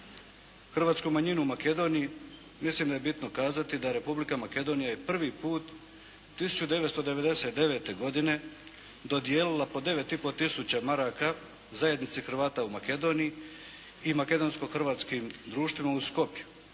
hrvatsku manjinu u Makedoniji, mislim da je bitno kazati da Republika Makedonija je prvi put 1999. godine dodijelila po 9,5 tisuća maraka zajednici Hrvata u Makedoniji i makedonsko-hrvatskim društvima u Skopju,